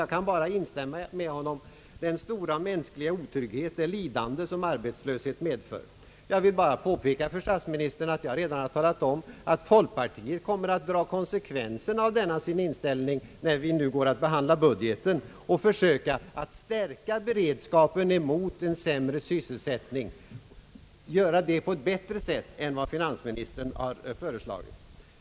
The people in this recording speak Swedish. Jag kan bara instämma med herr Erlander i fråga om den otrygghet och det lidande som arbetslöshet medför, men jag vill också påpeka för statsministern att jag redan har talat om att folkpartiet kommer att dra konsekvenserna av sin inställning, när vi nu går att behandla budgeten, och försöka stärka beredskapen mot en sämre sysselsättning på ett bättre sätt än vad finansministern föreslagit.